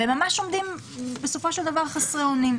הם ממש עומדים חסרי אונים.